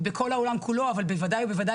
בכל העולם כולו אבל בוודאי ובוודאי